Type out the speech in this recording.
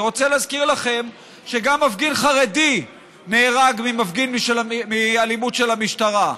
אני רוצה להזכיר לכם שגם מפגין חרדי נהרג מאלימות של המשטרה.